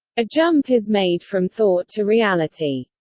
a jump is made from thought to reality.